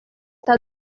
está